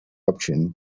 option